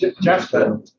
Jasper